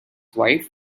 wife